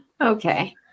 Okay